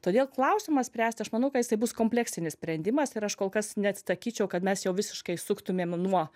todėl klausimas spręsti aš manau kad jisai bus kompleksinis sprendimas ir aš kol kas net sakyčiau kad mes jau visiškai suktumėm nuo